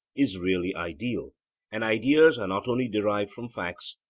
is really ideal and ideas are not only derived from facts,